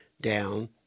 down